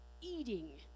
eating